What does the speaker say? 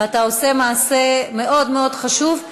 ואתה עושה מעשה מאוד מאוד חשוב,